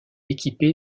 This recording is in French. équipé